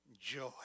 joy